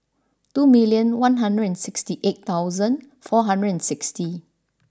two million one hundred and sixty eight thousand four hundred and sixty